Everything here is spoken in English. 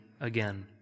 again